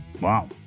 wow